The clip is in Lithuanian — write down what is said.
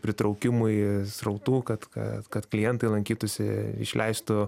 pritraukimui srautų kad kad kad klientai lankytųsi išleistų